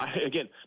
again